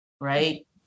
right